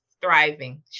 thriving